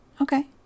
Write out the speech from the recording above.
Okay